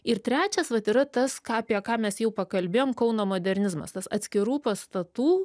ir trečias vat yra tas ką apie ką mes jau pakalbėjom kauno modernizmas tas atskirų pastatų